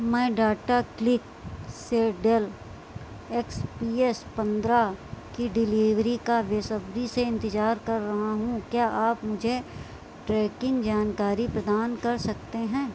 मैं data click से Dell X P S पन्द्रह की डिलीवरी का बेसब्री से इंतिजार कर रहा हूँ क्या आप मुझे ट्रैकिंग जानकारी प्रदान कर सकते हैं